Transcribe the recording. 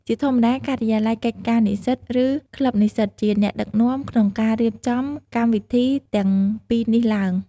ជាធម្មតា ការិយាល័យកិច្ចការនិស្សិត ឬក្លឹបនិស្សិតជាអ្នកដឹកនាំក្នុងការរៀបចំកម្មវិធីទាំងពីរនេះឡើង។